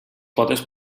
potes